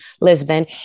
Lisbon